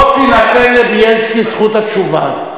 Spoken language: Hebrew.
לא תינתן לבילסקי זכות התשובה.